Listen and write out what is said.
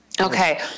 Okay